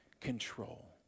control